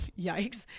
yikes